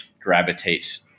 gravitate